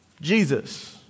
Jesus